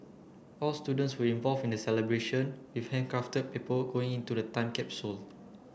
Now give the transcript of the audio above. all students were involve in the celebration with handcrafted paperwork going into the time capsule